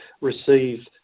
receive